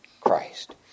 Christ